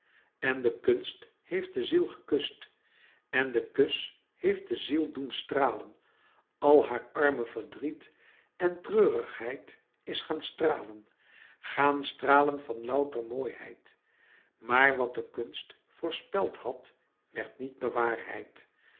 en de kunst heeft de ziel gekust en de kus heeft de ziel doen stralen al haar arme verdriet en treurigheid is gaan stralen gaan stràlen van louter mooiheid maar wat de kunst voorspeld had werd niet bewaarheid